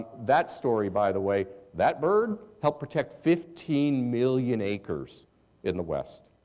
that story, by the way, that bird helped protect fifteen million acres in the west.